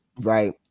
Right